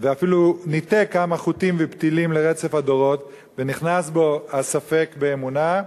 ואפילו ניתק כמה חוטים ופתילים לרצף הדורות ונכנס בו הספק באמונה,